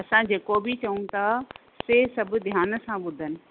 असां जेको बि चऊं था से सभु ध्यान सां ॿुधनि